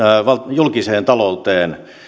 julkiseen talouteen